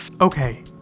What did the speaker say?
Okay